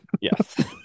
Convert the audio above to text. Yes